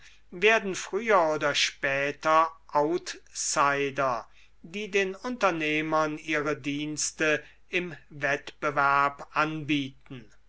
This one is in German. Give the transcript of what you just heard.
werden früher oder später outsider die den unternehmern ihre dienste im wettbewerb anbieten